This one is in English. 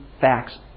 facts